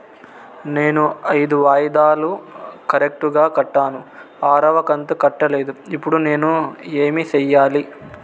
నేను ఐదు వాయిదాలు కరెక్టు గా కట్టాను, ఆరవ కంతు కట్టలేదు, ఇప్పుడు నేను ఏమి సెయ్యాలి?